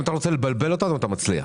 אם אתה רוצה לבלבל אותנו אתה מצליח.